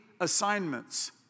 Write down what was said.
assignments